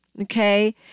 okay